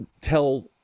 tell